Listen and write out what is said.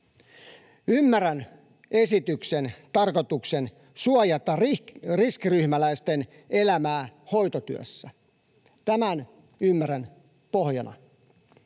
Ymmärrän esityksen tarkoituksen suojata riskiryhmäläisten elämää hoitotyössä. Tämän ymmärrän pohjana.